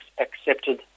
accepted